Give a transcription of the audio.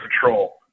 control